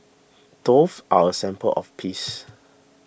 doves are a symbol of peace